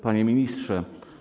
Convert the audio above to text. Panie Ministrze!